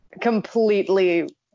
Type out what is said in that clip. completely